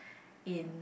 in